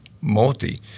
multi